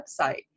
website